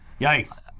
Yikes